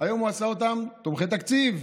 היום הוא עשה אותם תומכי תקציב.